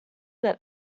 that